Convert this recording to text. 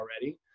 already